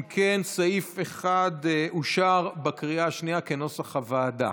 אם כן, סעיף 1 כנוסח הוועדה